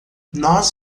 nós